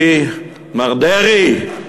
כי, מר דרעי,